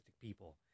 people